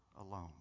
alone